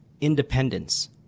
independence